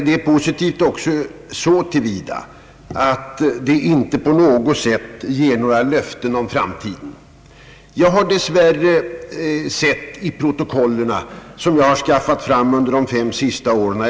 Det är också ärligt i det avseendet att det inte på något sätt ger några löften om framtiden. Jag har dess värre läst i protokollen för de senaste fem åren vad som sagts i detta ärende.